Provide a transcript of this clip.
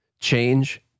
change